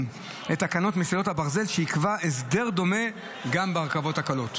לתקנות מסילות הברזל שיקבע הסדר דומה גם ברכבות הקלות.